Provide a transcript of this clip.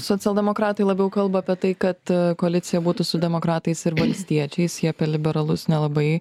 socialdemokratai labiau kalba apie tai kad koalicija būtų su demokratais ir valstiečiais jie apie liberalus nelabai